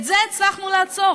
את זה הצלחנו לעצור,